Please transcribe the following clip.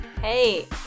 hey